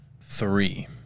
Three